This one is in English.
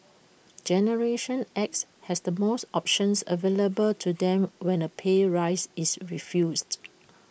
generation X has the most options available to them when A pay rise is refused